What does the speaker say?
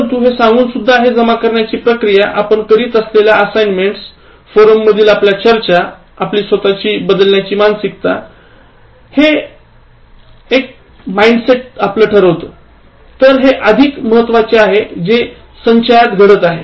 परंतुहे सांगून सुद्ध हे जमा करण्याची प्रक्रिया आपण करीत असलेल्या असाइनमेंट फोरममधील आपल्या चर्चा आपली स्वतःची बदलण्याची मानसिकता हे अधिक महत्त्वाचे आहे जे संचयात घडत आहे